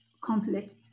conflict